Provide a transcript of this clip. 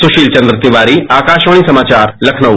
सुशील चन्द्र तिवारी आकाशवाणी समाचार लखनऊ